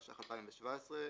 התשע"ג-2013,